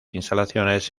instalaciones